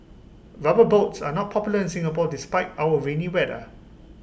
rubber boots are not popular in Singapore despite our rainy weather